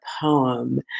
poem